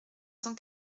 cent